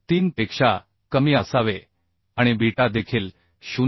443 पेक्षा कमी असावे आणि बीटा देखील 0